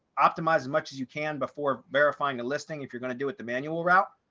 optimize as much as you can before verifying a listing, if you're going to do it the manual route,